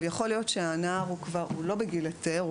יכול להיות שהנער הוא כבר לא בגיל של היתר,